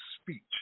speech